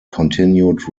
continued